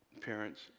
Parents